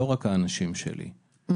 לא רק האנשים שלי,